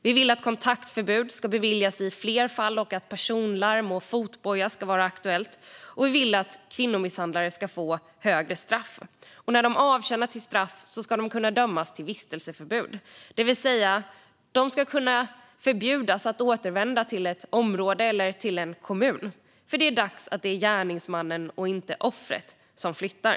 Vi vill att kontaktförbud ska beviljas i fler fall och att personlarm och fotboja ska vara aktuellt. Vi vill att kvinnomisshandlare ska få högre straff. När de har avtjänat sitt straff ska de kunna dömas till vistelseförbud. De ska kunna förbjudas att återvända till ett område eller till en kommun. Det är dags att det är gärningsmannen och inte offret som flyttar.